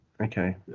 Okay